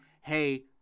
Hey